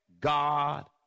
God